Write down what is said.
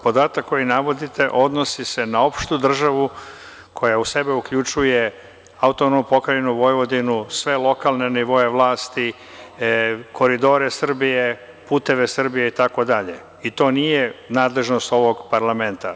Podatak koji navodite, odnosi se na opštu državu koja u sebe uključuje AP Vojvodinu, sve lokalne nivoe vlasti, koridore Srbije, puteve Srbije i to nije nadležnost ovog parlamenta.